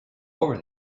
over